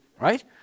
right